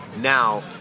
Now